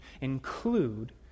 include